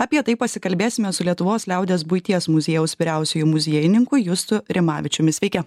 apie tai pasikalbėsime su lietuvos liaudies buities muziejaus vyriausiuoju muziejininku justu rimavičiumi sveiki